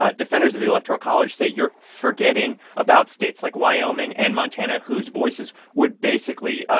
ah defenders of the electoral college say you're forgetting about states like wyoming and montana, whose voices would basically.